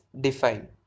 define